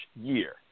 year